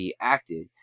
acted